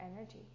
energy